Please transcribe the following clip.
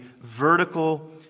vertical